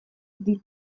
ditu